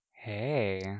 Hey